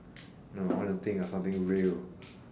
no I wanna think of something real